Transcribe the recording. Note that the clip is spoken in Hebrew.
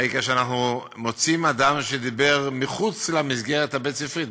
הרי כאשר אנחנו מוצאים אדם שדיבר מחוץ למסגרת הבית-ספרית,